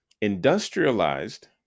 industrialized